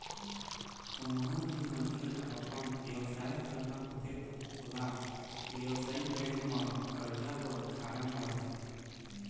कोनो भी मनखे ल अपन बेवसाय करना होथे त ओला बेवसायिक बेंक म करजा बर फारम भरथे